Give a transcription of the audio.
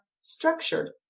structured